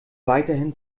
weiterhin